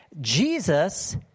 Jesus